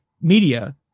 media